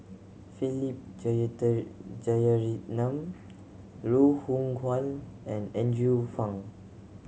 Philip Jeyaretnam Loh Hoong Kwan and Andrew Phang